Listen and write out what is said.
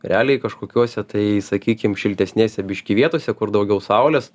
realiai kažkokiose tai sakykim šiltesnėse biškį vietose kur daugiau saulės